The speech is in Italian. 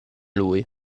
lui